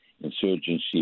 insurgency